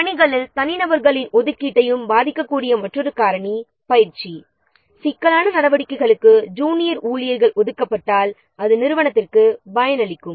பணிகளில் தனிநபர்களின் ஒதுக்கீட்டை பாதிக்கக்கூடிய மற்றொரு காரணி பயிற்சி ஆகும் சிக்கல்கள் இல்லாத நடவடிக்கைகளுக்கு ஜூனியர் ஊழியர்கள் ஒதுக்கப்பட்டால் அது நிறுவனத்திற்கு பயனளிக்கும்